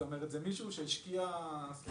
כלומר זה מישהו שהשקיע בגדול.